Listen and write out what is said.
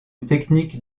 technique